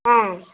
ஆ